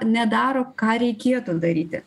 nedaro ką reikėtų daryti